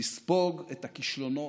לספוג את הכישלונות,